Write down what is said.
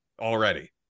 already